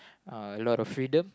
uh a lot of freedom